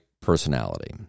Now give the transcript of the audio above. personality